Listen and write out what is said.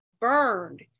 burned